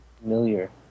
familiar